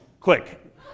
Click